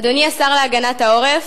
אדוני השר להגנת העורף,